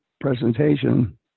presentation